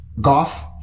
golf